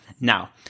Now